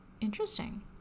interesting